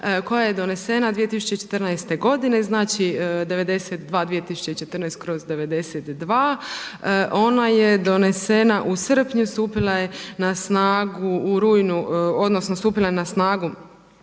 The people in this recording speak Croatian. koja je donesena 2014. godine, znači 922014/92. Ona je donesena u srpnju, stupila je na snagu u rujnu odnosno stupila je na snagu,